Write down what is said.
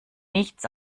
nichts